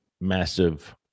massive